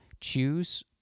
Choose